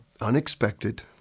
unexpected